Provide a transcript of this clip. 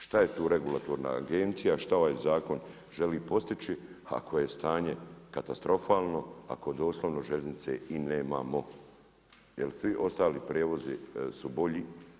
Šta je tu regulatorna agencija, šta ovaj zakon želi postići ako je stanje katastrofalno ako doslovno željeznice i nemamo jel svi ostali prijevozi su bolji.